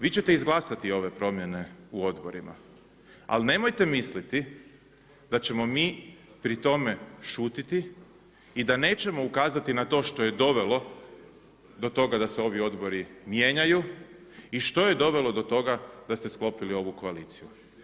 Vi ćete izglasati ove promjene u odborima, ali nemojte misliti da ćemo mi pri tome šutiti i da nećemo ukazati na to što je dovelo do toga da se ovi odbori mijenjaju i što je dovelo do toga da ste sklopili ovu koaliciju.